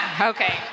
Okay